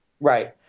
Right